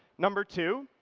number two,